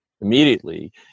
immediately